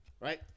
right